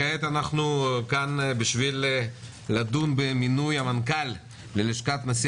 כעת אנחנו כאן בשביל לדון במינוי מנכ"ל ללשכת נשיא